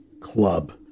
club